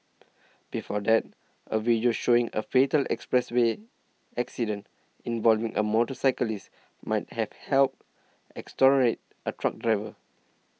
before that a video showing a fatal expressway accident involving a motorcyclist might have helped exonerate a truck driver